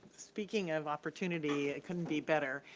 speaking of opportunity it couldn't be better.